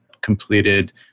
completed